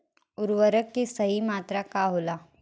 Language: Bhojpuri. उर्वरक के सही मात्रा का होला?